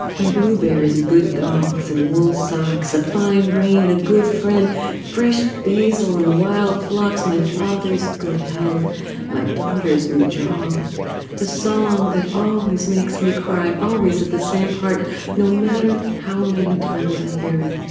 and blueberries good dogs and wool socks a fine rain a good friend fresh basil and wild phlox my father's good health my daughter's new job the song that always makes me cry always at the same part no matter how many times i hear it